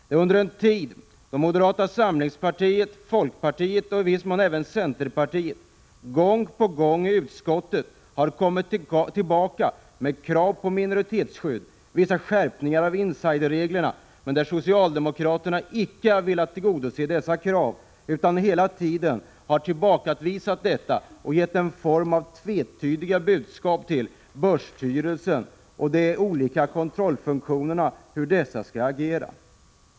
Det är under den tiden moderata samlingspartiet, folkpartiet och i viss mån även centerpartiet gång på gång i näringsutskottet har kommit tillbaka med krav på minoritetsskydd och vissa skärpningar av insiderreglerna men då socialdemokraterna icke velat tillgodose dessa krav utan hela tiden tillbakavisat dem och gett en form av tvetydiga budskap till börsstyrelsen och de olika kontrollfunktionerna om hur dessa skall agera.